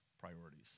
priorities